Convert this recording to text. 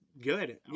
good